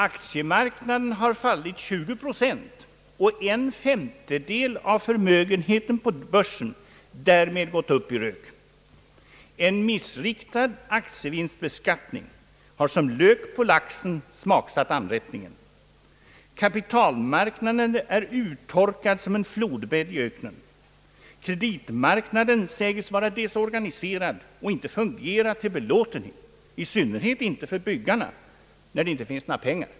Aktiemarknadens kurser har fallit 20 procent, och en femtedel av förmögenheten på börsen har därmed gått upp i rök. En missriktad aktievinstbeskattning har som lök på laxen smaksatt anrättningen. Kapitalmarknaden är uttorkad som en flodbädd i öknen. Kreditmarknaden sägs vara desorganiserad och inte fungera till belåtenhet, i synnerhet inte för byggarna när det inte finns några pengar.